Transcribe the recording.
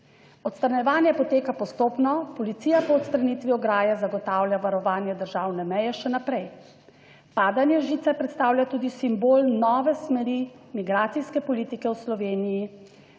Odstranjevanje poteka postopno, policija po odstranitvi ograje zagotavlja varovanje državne meje še naprej. Padanje žice predstavlja tudi simbol nove smeri migracijske politike v Sloveniji,